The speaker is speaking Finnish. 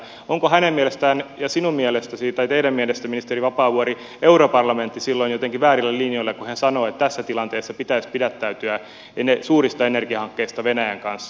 onko hänen mielestään ja teidän mielestänne ministeri vapaavuori europarlamentti silloin jotenkin väärillä linjoilla kun he sanovat että tässä tilanteessa pitäisi pidättäytyä suurista energiahankkeista venäjän kanssa